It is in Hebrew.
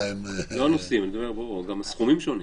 לא רק הנושאים שונים אלא גם הסכומים שונים.